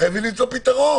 חייבים למצוא פתרון.